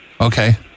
Okay